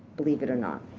believe it or not.